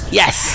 yes